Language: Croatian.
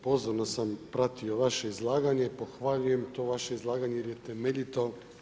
Pozorno sam pratio vaše izlaganje, pohvaljujem to vaše izlaganje jer je temeljito.